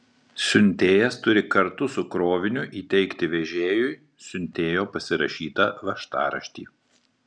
siuntėjas turi kartu su kroviniu įteikti vežėjui siuntėjo pasirašytą važtaraštį